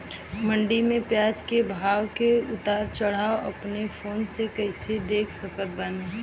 मंडी मे प्याज के भाव के उतार चढ़ाव अपना फोन से कइसे देख सकत बानी?